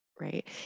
right